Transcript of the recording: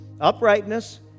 Uprightness